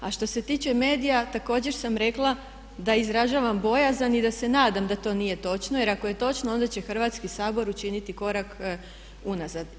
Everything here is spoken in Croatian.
A što se tiče medija također sam rekla da izražavam bojazan i da se nadam da to nije točno, jer ako je točno onda će Hrvatski sabor učiniti korak unazad.